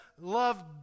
love